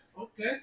Okay